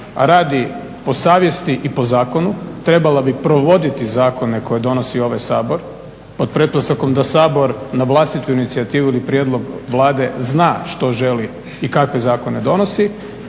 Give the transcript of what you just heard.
radi po savjesti i po zakonu, trebala bi provoditi zakone koje donosi ovaj Sabor pod pretpostavkom da Sabor na vlastitu inicijativu ili prijedlog Vlade zna što želi i kakve zakone donosi